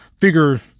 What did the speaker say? figure